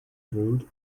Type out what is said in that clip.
brewed